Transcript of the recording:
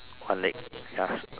one leg yes